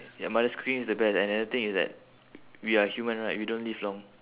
ya mother's cooking is the best and another thing is that we are human right we don't live long